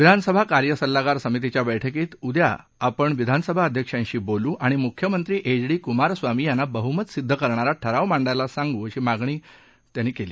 विधानसभा कार्य सल्लागार समितीच्या बैठकीत उद्या आपण विधानसभा अध्यक्षांशी बोलू आणि मुख्यमंत्री एच डी कुमारस्वामी यांना बहुमत सिद्ध करणारा ठराव मांडायला सांगू अशी मागणी करू असं ते म्हणाले